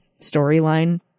storyline